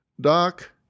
doc